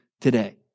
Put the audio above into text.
today